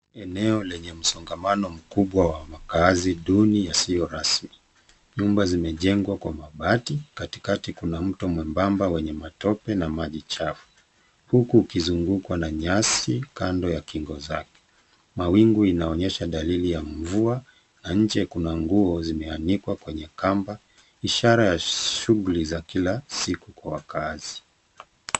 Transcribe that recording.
Eneo lenye msongamano mkubwa wa makaazi duni yasiyo rasmi. Nyumba zimejengwa kwa mabati katikati kuna mto mwebamba mwenye matope na maji chafu, huku ukizungukwa na nyasi kando ya kingo zake. Mawingu inaonyesha dalili ya mvua na nje kuna nguo zime anikwa kwenye kamba, ishara ya shughuli za kila siku kwa wakaazi.